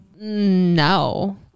No